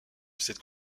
cette